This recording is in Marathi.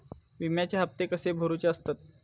विम्याचे हप्ते कसे भरुचे असतत?